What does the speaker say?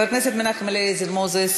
חבר הכנסת מנחם אליעזר מוזס,